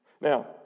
Now